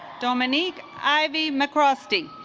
dominique ivy mccroskey